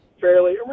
Fairly